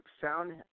found